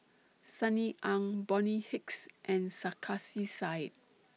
Sunny Ang Bonny Hicks and Sarkasi Said